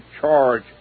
charge